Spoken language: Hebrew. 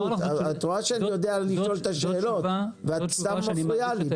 את רואה שאני יודע לשאול את השאלות ואת סתם מפריעה לי,